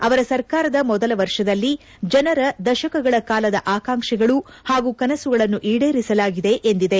ಅವರ ಸರ್ಕಾರದ ಮೊದಲ ವರ್ಷದಲ್ಲಿ ಜನರ ದಶಕಗಳ ಕಾಲದ ಆಕಾಂಕ್ಷೆಗಳು ಹಾಗೂ ಕನಸುಗಳನ್ನು ಈಡೇರಿಸಲಾಗಿದೆ ಎಂದಿದೆ